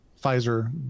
Pfizer